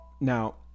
Now